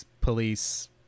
police